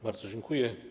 Bardzo dziękuję.